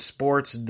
Sports